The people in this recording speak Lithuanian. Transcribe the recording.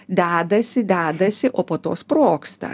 dedasi dedasi o po to sprogsta